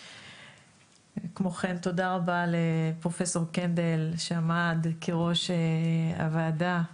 כמו כן תודה רבה לפרופ' קנדל שעמד כראש הוועדה,